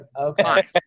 Okay